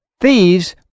thieves